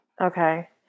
Okay